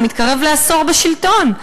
מתקרב לעשור בשלטון,